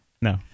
no